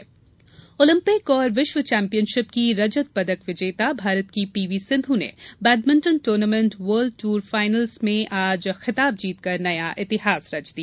Sindhu badminton Olympic और विश्व championship की रजत पदक विजेता भारत की पीवी सिंधू ने badminton tournament World Tour Finals में आज खिताब जीतकर नया इतिहास रच दिया